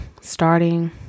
starting